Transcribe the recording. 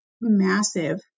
massive